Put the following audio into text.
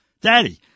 Daddy